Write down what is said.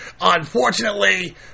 Unfortunately